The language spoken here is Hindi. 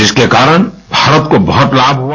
जिसके कारण भारत को बहुत लाभ हुआ